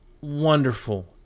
wonderful